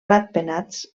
ratpenats